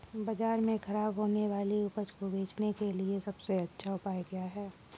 बाजार में खराब होने वाली उपज को बेचने के लिए सबसे अच्छा उपाय क्या है?